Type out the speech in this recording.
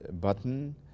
button